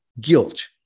guilt